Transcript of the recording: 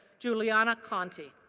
giuliana conti.